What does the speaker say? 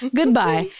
Goodbye